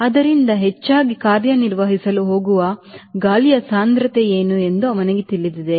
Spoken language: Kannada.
ಆದ್ದರಿಂದ ಹೆಚ್ಚಾಗಿ ಕಾರ್ಯನಿರ್ವಹಿಸಲು ಹೋಗುವ ಗಾಳಿಯ ಸಾಂದ್ರತೆ ಏನು ಎಂದು ಅವನಿಗೆ ತಿಳಿದಿದೆ